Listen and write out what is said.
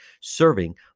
serving